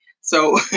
So-